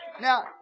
Now